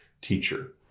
teacher